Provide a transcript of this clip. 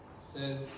says